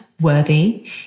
worthy